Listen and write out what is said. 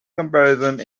comparisons